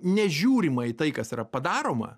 nežiūrima į tai kas yra padaroma